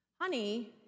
Honey